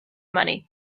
money